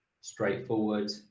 straightforward